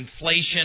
inflation